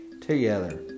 together